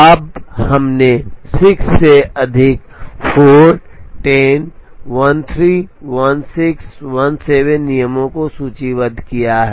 अब हमने 6 से अधिक 4 10 13 16 17 नियमों को सूचीबद्ध किया है